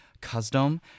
custom